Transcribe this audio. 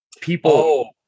People